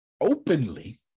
openly